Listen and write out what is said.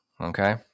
okay